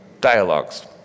dialogues